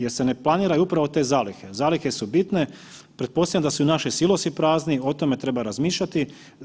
Jer se ne planiraju upravo od te zalihe, zalihe su bitne, pretpostavljam da su i naši silosi prazni, o tome treba razmišljati.